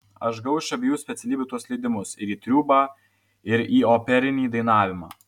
aš gavau iš abiejų specialybių tuos leidimus ir į triūbą ir į operinį dainavimą